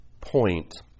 point